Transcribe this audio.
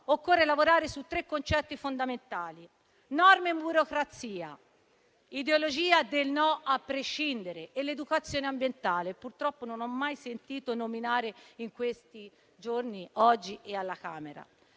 occorre lavorare su tre concetti fondamentali: norme e burocrazia, ideologia del no a prescindere ed educazione ambientale, che purtroppo non ho mai sentito nominare oggi, in questi giorni e neanche alla Camera